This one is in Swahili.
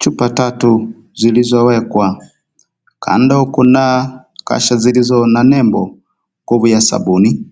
Chupa tatu, zilizowekwa. Kando kuna kasha zilizo na nembo .... ya sabuni